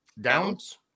Downs